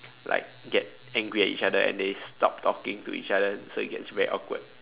like get angry at each other and they stopped talking to each other so it gets very awkward